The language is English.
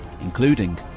including